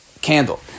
candle